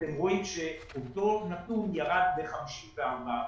אתם רואים שאותו נתון ירד ב-54 אחוזים.